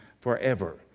forever